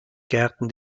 gärten